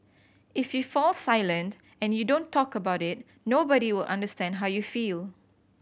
if you fall silent and you don't talk about it nobody will understand how you feel